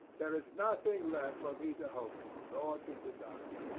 there is nothing left for me to hope for, or to desire.